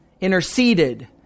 interceded